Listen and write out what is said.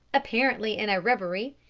apparently in a reverie,